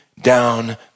down